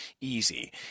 Easy